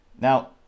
Now